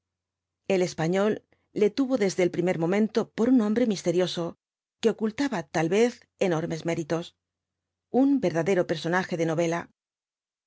ei español le tuvo desde el primer momento por un hombre misterioso que ocultaba tal vez enormes méritos un verdadero personaje de novela